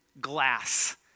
Glass